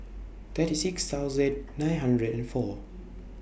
thirty six thousand nine hundred and four